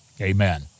Amen